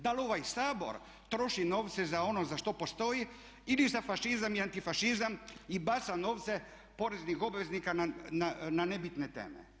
Da li ovaj Sabor troši novce za ono za što postoji ili za fašizam i antifašizam i baca novce poreznih obveznika ne nebitne teme.